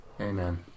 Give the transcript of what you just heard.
Amen